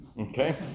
Okay